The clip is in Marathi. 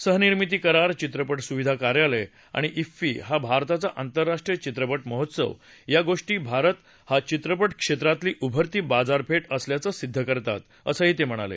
सहनिर्मिती करार चित्रपञ्सुविधा कार्यालय आणि इफ्फी हा भारताचा आंतरराष्ट्रीय वित्रप महोत्सव या गोष्टी भारत हा चित्रप क्षेत्रातली उभरती बाजारपेठ असल्याचं सिद्ध करतात असं ते म्हणाले